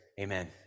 amen